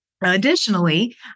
Additionally